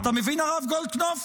אתה מבין, הרב גולדקנופ,